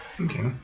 Okay